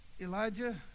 Elijah